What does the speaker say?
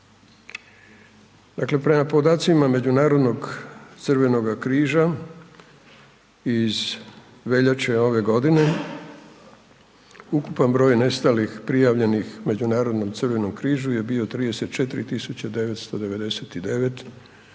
Dakle, prema podacima Međunarodnog Crvenoga križa iz veljače ove godine ukupan broj nestalih prijavljenih Međunarodnom Crvenom križu je bio 34.999